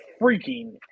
freaking